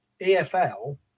EFL